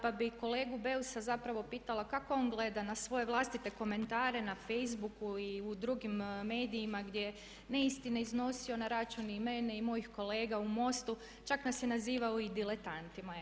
Pa bih kolegu Beusa zapravo pitala kako on gleda na svoje vlastite komentare na facebooku i u drugim medijima gdje je neistine iznosio na račun i mene i mojih kolega u MOST-u, čak nas je nazivao i diletantima?